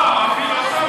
הפילוסוף